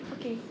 okay